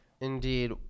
Indeed